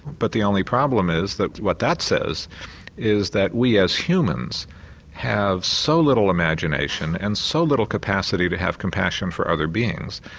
but the only problem is that what that says is that we as humans have so little imagination and so little capacity to have compassion for other beings,